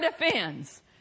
defends